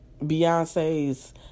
Beyonce's